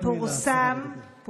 אני קודם אדבר ואחר כך תשאל שאלות,